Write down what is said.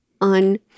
on